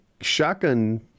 shotgun